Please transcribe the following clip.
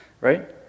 Right